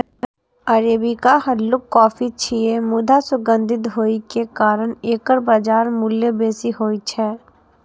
arabica हल्लुक coffee छियै, मुदा सुगंधित होइ के कारण एकर बाजार मूल्य बेसी होइ छै